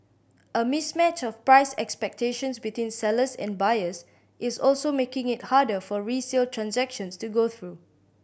a mismatch of price expectations between sellers and buyers is also making it harder for resale transactions to go through